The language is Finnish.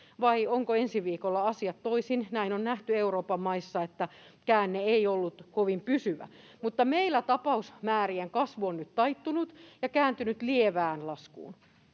vai ovatko ensi viikolla asiat toisin? On nähty Euroopan maissa, että käänne ei ollut kovin pysyvä. Mutta meillä tapausmäärien kasvu on nyt taittunut ja kääntynyt lievään laskuun.